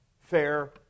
fair